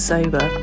Sober